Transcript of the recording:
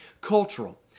cultural